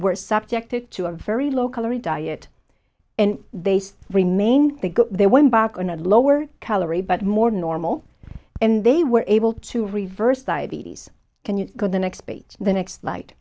were subjected to a very low calorie diet and they remain they got their win back on a lower calorie but more normal and they were able to reverse diabetes can you go the next page the next light